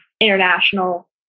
international